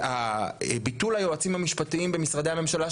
וביטול היועצים המשפטיים במשרדי הממשלה,